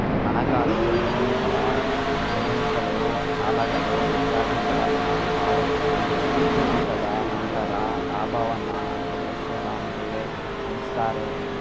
ಹಣಕಾಸು ನಿಧಿಯಿಂದ ಕ್ಲೈಮ್ಗಳು, ಸಾಲಗಳು ಇತ್ಯಾದಿಗಳನ್ನ ಪಾವತಿಸಿ ಕಡಿತದ ನಂತರ ಲಾಭವನ್ನ ಸದಸ್ಯರ ನಡುವೆ ಹಂಚ್ತಾರೆ